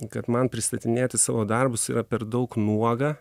kad man pristatinėti savo darbus yra per daug nuoga